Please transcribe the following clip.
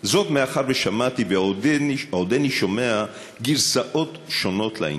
מאחר ששמעתי ועודני שומע גרסאות שונות לעניין.